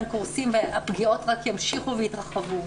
קורסים והפגיעות רק ימשיכו ויתרחבו.